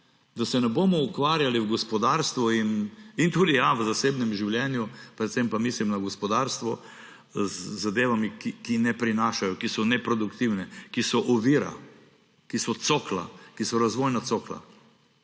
da se ne bomo ukvarjali v gospodarstvu in tudi, ja, v zasebnem življenju, predvsem pa mislim na gospodarstvo, z zadevami, ki ne prinašajo …, ki so neproduktivne, ki so ovira, ki so razvojna cokla.